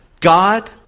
God